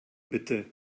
bitte